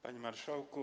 Panie Marszałku!